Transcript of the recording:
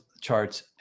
charts